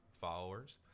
followers